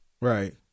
right